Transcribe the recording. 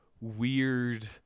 weird